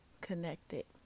connected